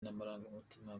n’amarangamutima